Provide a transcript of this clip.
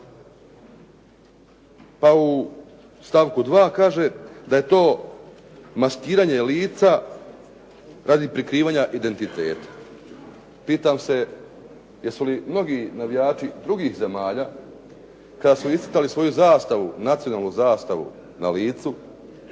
Pa u stavku 2. kaže da je to maskiranje lica radi prikrivanja identiteta. Pitam se jesu li mnogi navijači drugih zemalja kada su iscrtali svoju zastavu, nacionalnu zastavu na licu